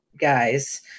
guys